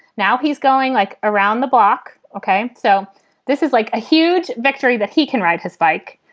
now he's going like around the block, ok? so this is like a huge victory that he can ride his bike.